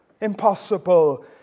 Impossible